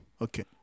Okay